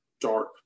dark